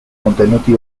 contenuti